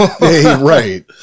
Right